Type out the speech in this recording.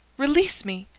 release me!